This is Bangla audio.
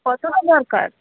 কতটা দরকার